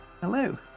hello